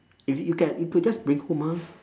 if you you can you could just bring home ah